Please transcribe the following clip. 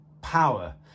power